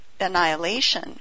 annihilation